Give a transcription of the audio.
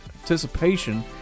participation